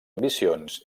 ambicions